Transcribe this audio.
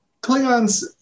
Klingons